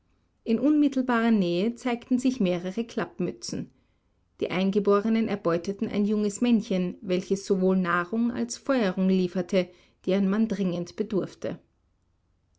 in unmittelbarer nähe zeigten sich mehrere klappmützen die eingeborenen erbeuteten ein junges männchen welches sowohl nahrung als feuerung lieferte deren man dringend bedurfte